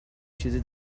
چیزی